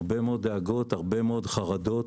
הרבה מאוד דאגות, הרבה מאוד חרדות.